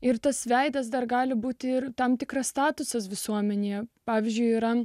ir tas veidas dar gali būti ir tam tikras statusas visuomenėje pavyzdžiui yra